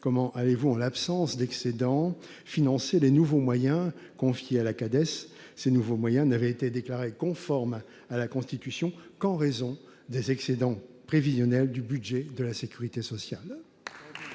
comment allez-vous, en l'absence d'excédents, financer les nouveaux moyens confiés à la CADES, qui n'avaient été déclarés conformes à la Constitution qu'en raison des excédents prévisionnels du budget de la sécurité sociale